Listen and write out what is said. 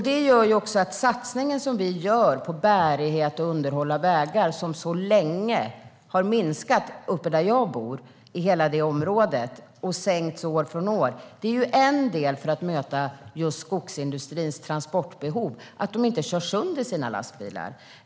Det gör att den satsning vi gör på bärighet i och underhåll av vägar, som så länge har minskat och sänkts år från år uppe i hela det område där jag bor, är en del för att möta just skogsindustrins transportbehov. Det handlar om att de inte ska köra sönder sina lastbilar.